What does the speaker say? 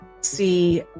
see